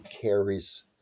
carries